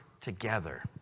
together